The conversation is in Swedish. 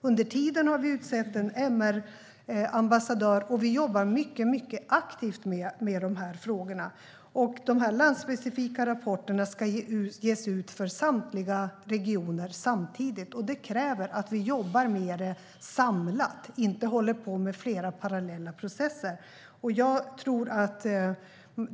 Under tiden har vi utsett en MR-ambassadör, och vi jobbar mycket aktivt med frågorna. De landspecifika rapporterna ska ges ut för samtliga regioner samtidigt, och det kräver att vi jobbar med det samlat och inte håller på med flera parallella processer.